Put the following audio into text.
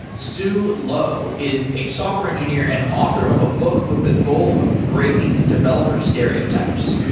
sue loh is a software engineer and author of a book with the goal of breaking developer stereotypes.